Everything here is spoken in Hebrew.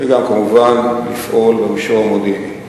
וגם כמובן לפעול במישור המודיעיני.